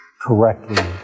correctly